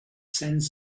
sends